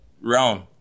Round